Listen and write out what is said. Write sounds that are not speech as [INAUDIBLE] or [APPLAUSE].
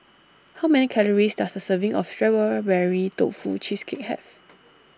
how many calories does a serving of [UNINTELLIGIBLE] Berry Tofu Cheesecake have